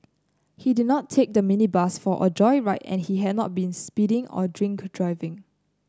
he did not take the minibus for a joyride and he had not been speeding or drink driving